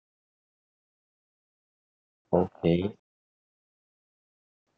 okay